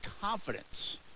confidence